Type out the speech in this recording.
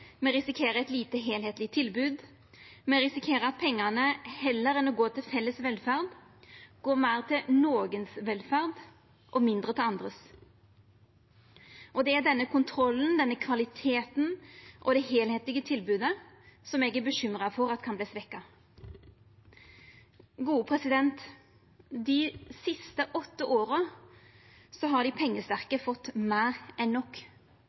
Me risikerer eit lite heilskapleg tilbod. Me risikerer at pengane heller enn å gå til felles velferd, går meir til velferda til enkelte og mindre til velferda til andre. Det er denne kontrollen, denne kvaliteten og det heilskaplege tilbodet som eg er bekymra for kan verta svekt. Dei siste åtte åra har dei pengesterke fått meir enn nok.